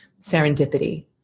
Serendipity